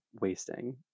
wasting